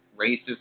racist